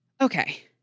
Okay